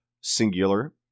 singular